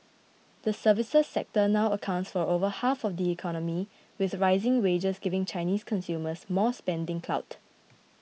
the services sector now accounts for over half of the economy with rising wages giving Chinese consumers more spending clout